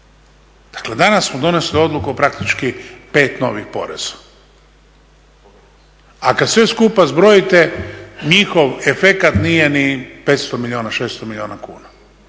Dakle danas smo donesli odluku o praktički pet novih poreza, a kada sve skupa zbrojite njihov efekat nije ni 500, 600 milijuna kuna.